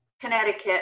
Connecticut